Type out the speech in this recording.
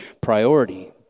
priority